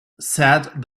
said